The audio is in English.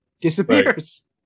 disappears